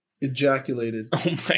ejaculated